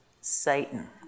Satan